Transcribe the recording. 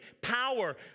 power